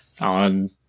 on